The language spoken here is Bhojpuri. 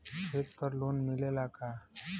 खेत पर लोन मिलेला का?